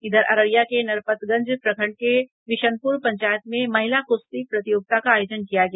इधर अररिया के नरपतगंज प्रखंड के विशनपुर पंचायत में महिला कृश्ती प्रतियोगिता का आयोजन किया गया